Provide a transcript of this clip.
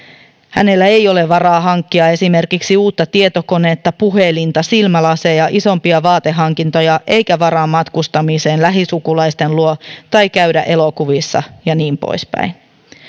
hänellä ei ole varaa hankkia esimerkiksi uutta tietokonetta puhelinta silmälaseja isompia vaatehankintoja eikä varaa matkustamiseen lähisukulaisten luo tai käydä elokuvissa ja niin poispäin